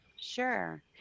sure